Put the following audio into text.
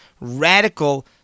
radical